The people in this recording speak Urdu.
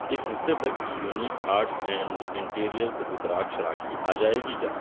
اس ہفتے تک Unique Arts and Interiors Rudraksh Rakhi آ جائے گی کیا